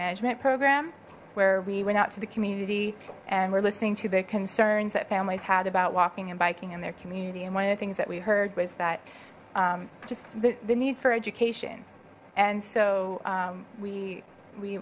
management program where we went out to the community and we're listening to the concerns that families had about walking and biking in their community and one of the things that we heard was that just the the need for education and so we we